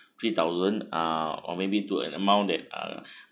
three thousand uh or maybe to an amount that uh